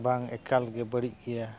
ᱵᱟᱝ ᱮᱠᱟᱞᱜᱮ ᱵᱟᱹᱲᱤᱡ ᱜᱮᱭᱟ